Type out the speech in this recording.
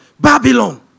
Babylon